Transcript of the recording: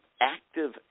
active